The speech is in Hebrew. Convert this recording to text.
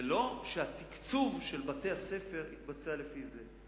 זה לא שהתקצוב של בתי-הספר יתבצע לפי זה.